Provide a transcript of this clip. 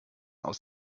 aus